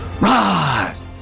rise